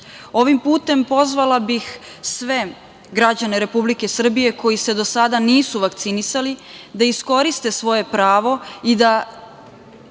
putem pozvala bih sve građane Republike Srbije koji se do sada nisu vakcinisali da iskoriste svoje pravo i da